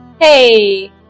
Hey